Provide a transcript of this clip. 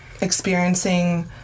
experiencing